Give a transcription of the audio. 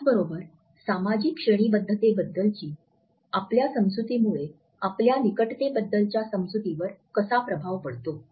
त्याचबरोबर सामाजिक श्रेणीबद्धतेबद्दलची आपल्या समजुतीमुळे आपल्या निकटतेबद्दलच्या समजुतीवर कसा प्रभाव पडतो